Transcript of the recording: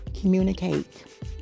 communicate